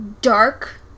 dark